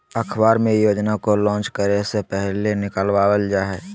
अखबार मे योजना को लान्च करे से पहले निकलवावल जा हय